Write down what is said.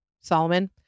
Solomon